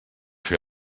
fer